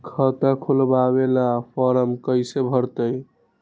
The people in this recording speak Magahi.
खाता खोलबाबे ला फरम कैसे भरतई?